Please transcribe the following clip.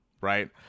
right